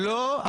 לא,